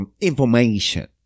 information